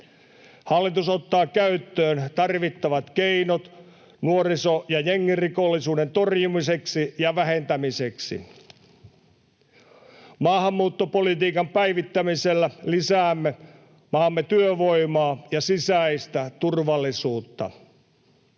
Hallitus ottaa käyttöön tarvittavat keinot nuoriso- ja jengirikollisuuden torjumiseksi ja vähentämiseksi. Maahanmuuttopolitiikan päivittämisellä lisäämme maamme työvoimaa ja sisäistä turvallisuutta.